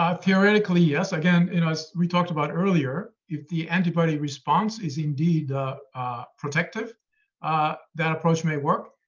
um theoretically yes. again, you know, as we talked about earlier, if the antibody response is indeed protective ah that approach may work,